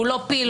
הוא לא פיל,